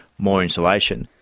more insulation.